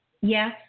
Yes